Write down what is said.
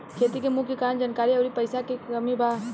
खेती के मुख्य कारन जानकारी अउरी पईसा के कमी बा